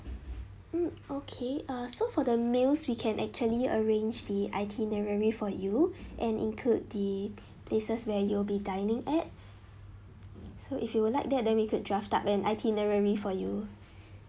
mm okay err so for the meals we can actually arrange the itinerary for you and include the places where you'll be dining at so if you would like that then we could draft up an itinerary for you